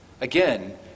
Again